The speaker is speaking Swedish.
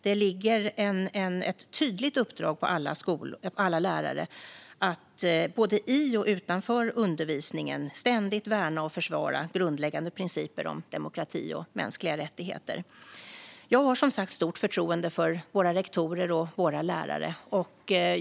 Det ligger ett tydligt uppdrag på alla lärare att både i och utanför undervisningen ständigt värna och försvara grundläggande principer om demokrati och mänskliga rättigheter. Jag har som sagt stort förtroende för våra rektorer och våra lärare.